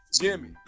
Jimmy